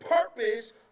purpose